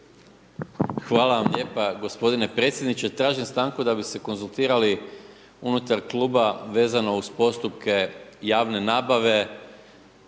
Hvala vam lijepa g. predsjedniče. Tražim stanku da bi se konzultirali unutar kluba vezano uz postupke javne nabave.